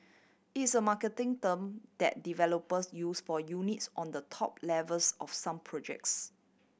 it's a marketing term that developers use for units on the top levels of some projects